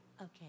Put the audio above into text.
Okay